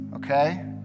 Okay